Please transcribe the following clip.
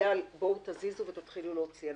בואו ותתחילו להוציא את הארגזים.